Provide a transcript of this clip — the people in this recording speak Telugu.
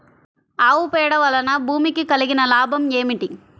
ఆవు పేడ వలన భూమికి కలిగిన లాభం ఏమిటి?